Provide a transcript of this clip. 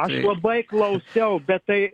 aš labai klausiau bet tai